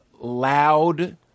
loud